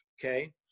okay